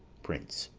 prince.